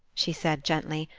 she said, gently,